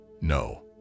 no